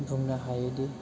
बुंनो हायोदि